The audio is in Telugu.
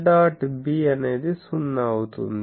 B అనేది 0 అవుతుంది